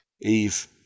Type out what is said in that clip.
Eve